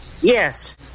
Yes